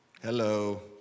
Hello